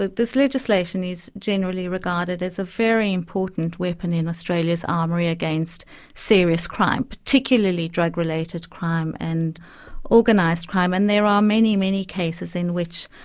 ah this legislation is generally regarded as a very important weapon in australia's armoury against serious crime, particularly drug-related crime and organised crime. and there are many, many cases in which